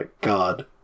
God